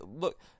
look